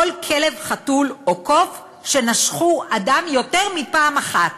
כל כלב, חתול או קוף שנשכו אדם יותר מפעם אחת